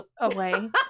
away